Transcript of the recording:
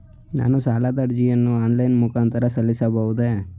ನಾನು ಸಾಲದ ಅರ್ಜಿಯನ್ನು ಆನ್ಲೈನ್ ಮುಖಾಂತರ ಸಲ್ಲಿಸಬಹುದೇ?